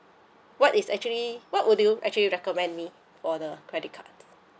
what is actually what would you actually recommend me for the credit card